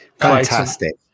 Fantastic